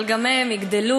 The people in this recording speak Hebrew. אבל גם הם יגדלו,